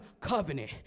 covenant